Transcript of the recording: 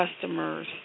customers